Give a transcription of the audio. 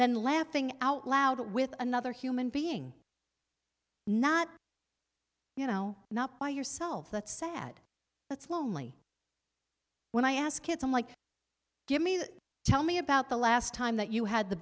than laughing out loud with another human being not you know not by yourself that's sad that's lonely when i ask it's on like give me tell me about the last time that you had the